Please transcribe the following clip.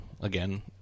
again